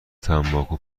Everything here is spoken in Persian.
تنباکو